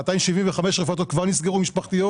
275 רפתות משפחתיות כבר נסגרו.